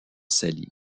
saillie